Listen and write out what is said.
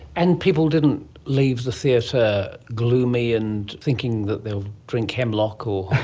and people didn't leave the theatre gloomy and thinking that they'll drink hemlock or?